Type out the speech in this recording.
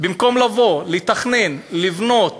במקום לבוא, לתכנן, לבנות,